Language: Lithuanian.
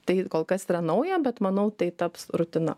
tai kol kas yra nauja bet manau tai taps rutina